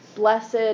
Blessed